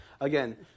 Again